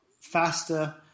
faster